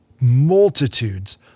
multitudes